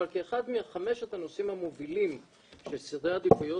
אבל כאחד מחמשת הנושאים המובילים של סדרי העדיפויות